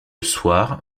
soir